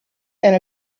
and